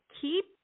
keep